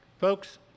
Folks